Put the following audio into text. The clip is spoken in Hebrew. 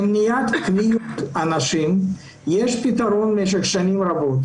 למניעת כוויות של אנשים יש פתרון במשך שנים רבות